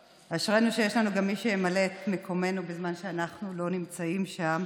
אשרינו שיש לנו גם מי שימלא את מקומנו בזמן שאנחנו לא נמצאים שם.